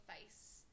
face